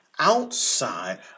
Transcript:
outside